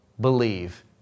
believe